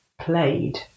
played